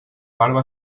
barba